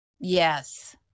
Yes